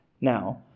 Now